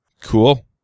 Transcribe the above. Cool